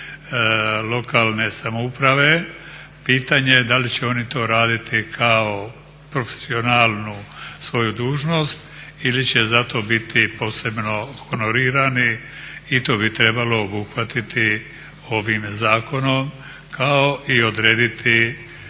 lokalne samouprave pitanje je da li će ono to raditi kao profesionalnu svoju dužnost ili će za to biti posebno honorirani i tu bi trebalo obuhvatiti ovim zakonom kao i odrediti